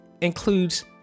includes